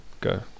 Go